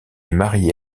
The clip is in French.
marié